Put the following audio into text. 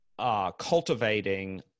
Cultivating